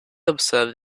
observed